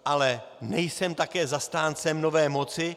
Ale nejsem také zastáncem nové moci.